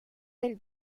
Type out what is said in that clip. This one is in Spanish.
del